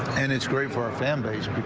and it's great for families.